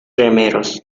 remeros